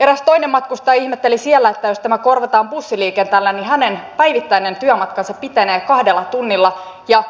eräs toinen matkustaja ihmetteli siellä että jos tämä korvataan bussiliikenteellä niin hänen päivittäinen työmatkansa pitenee kahdella tunnilla ja